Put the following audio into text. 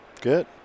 Good